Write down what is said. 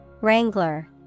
Wrangler